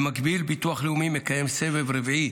במקביל, ביטוח לאומי מקיים סבב רביעי